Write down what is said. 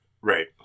Right